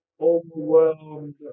overwhelmed